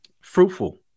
fruitful